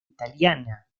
italiana